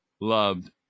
loved